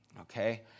okay